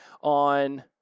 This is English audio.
on